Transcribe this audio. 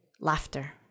laughter